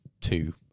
two